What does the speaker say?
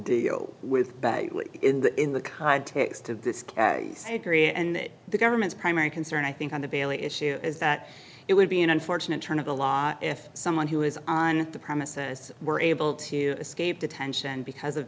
deal with it in the in the context of this area and the government's primary concern i think on the baillie issue is that it would be an unfortunate turn of the law if someone who is on the premises were able to escape detention because of